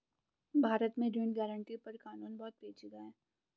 भारत में ऋण गारंटी पर कानून बहुत पेचीदा है